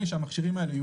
שהמכשירים האלה,